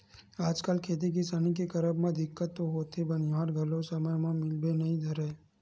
आजकल खेती किसानी के करब म दिक्कत तो होथे बनिहार घलो समे म मिले बर नइ धरय